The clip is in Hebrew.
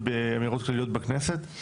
ובאמירות כלליות בכנסת,